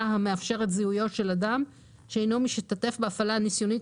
המאפשר את זיהויו של אדם שאינו משתתף בהפעלה הניסיונית